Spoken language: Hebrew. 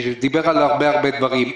שדיבר על הרבה הרבה דברים.